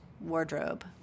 wardrobe